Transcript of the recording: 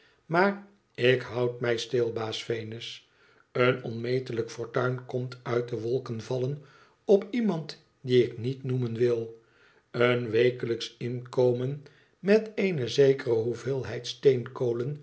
maar ik houd mij stil baas venus een onmetelijk fortuin komt uit de wolken vallen op iemand dien ik niet noemen wil een wekelijksch inkomen met eene zekere hoeveelheid steenkolen